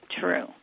true